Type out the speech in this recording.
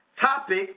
topic